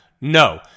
No